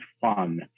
fun